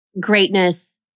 Greatness